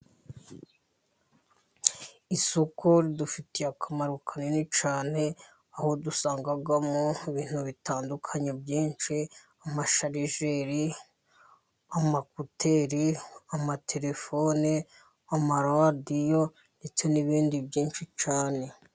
Isoko ridufitiye akamaro kanini cyane, aho dusangamo ibintu bitandukanye byinshi, sharijeri, ekuteri, telefone, radiyo ndetse n'ibindi byinshi cyane.